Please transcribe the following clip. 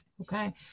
Okay